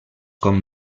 com